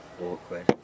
awkward